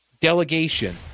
delegation